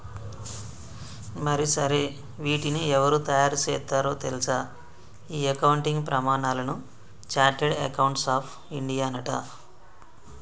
మరి సరే వీటిని ఎవరు తయారు సేత్తారో తెల్సా ఈ అకౌంటింగ్ ప్రమానాలను చార్టెడ్ అకౌంట్స్ ఆఫ్ ఇండియానట